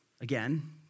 Again